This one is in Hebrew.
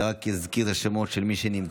אולי אני רק אזכיר את השמות של מי שנמצא.